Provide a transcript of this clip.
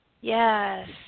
Yes